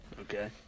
Okay